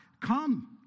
Come